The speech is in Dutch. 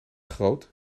groot